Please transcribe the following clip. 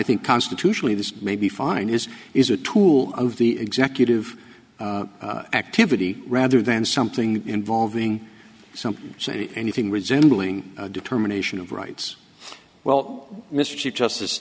think constitutionally this may be fine is is a tool of the executive activity rather than something involving some say anything resembling determination of rights well